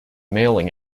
mailing